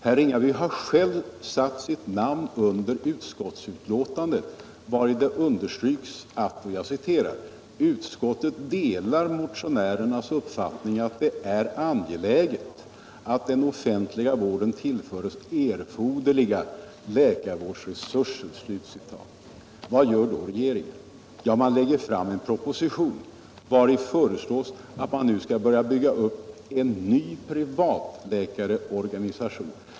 Herr Ringaby har själv satt sitt namn under utskottsbetänkandet, vari det understryks: ”Utskottet delar motionärernas uppfattning att det är angeläget att den offentliga vården tillförs erforderliga läkarvårdsresurser.” Vad gör då regeringen? Jo, den lägger fram en proposition, vari det föreslås att man nu skall bygga upp en ny privatläkarorganisation.